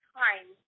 time